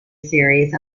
series